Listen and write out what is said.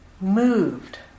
moved